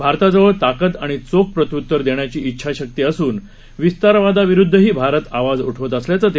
भारताजवळ ताकद आणि चोख प्रत्यूतर देण्याची इच्छाशक्ती असून विस्तारवादाविरुद्धही भारत आवाज उठवत असल्याचं ते म्हणाले